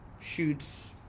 shoots